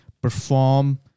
perform